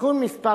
בתיקון מס'